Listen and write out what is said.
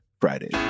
Friday